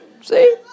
See